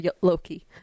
loki